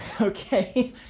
Okay